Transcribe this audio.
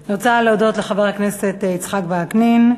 אני רוצה להודות לחבר הכנסת יצחק וקנין.